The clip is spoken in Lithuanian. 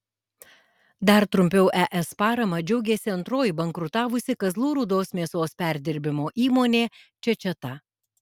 dar trumpiau es parama džiaugėsi antroji bankrutavusi kazlų rūdos mėsos perdirbimo įmonė čečeta